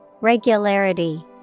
regularity